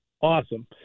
Awesome